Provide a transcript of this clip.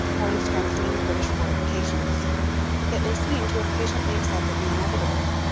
or in strengthening the british fortifications yet they seem to have patiently accepted the inevitable.